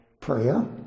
prayer